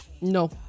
No